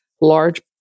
large